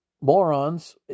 morons